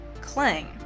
clang